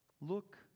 look